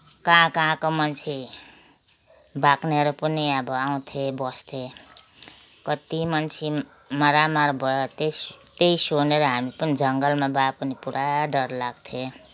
कहाँ कहाँको मान्छे भाग्नेहरू पनि अब आउँथे बस्थे कत्ति मान्छे मारामार भयो त्य त्यही सुनेर हामी पनि जङ्गलमा भए पनि पुरा डर लाग्थ्यो